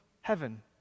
heaven